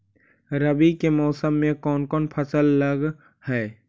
रवि के मौसम में कोन कोन फसल लग है?